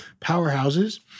powerhouses